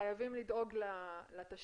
חייבים לדאוג לתשתית,